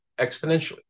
exponentially